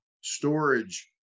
storage